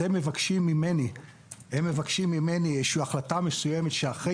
הם מבקשים ממני איזושהי החלטה מסוימת במצב אחרי